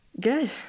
Good